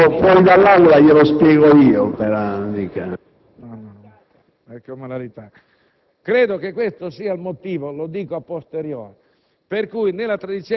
Credo che questo sia il motivo - lo dico *a posteriori*